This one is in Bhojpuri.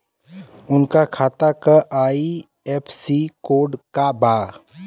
उनका खाता का आई.एफ.एस.सी कोड का बा?